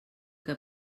que